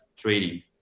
trading